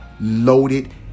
loaded